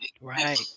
Right